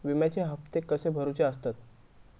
विम्याचे हप्ते कसे भरुचे असतत?